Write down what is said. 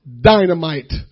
dynamite